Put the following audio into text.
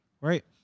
right